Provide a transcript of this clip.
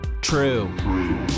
true